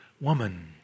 Woman